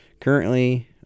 Currently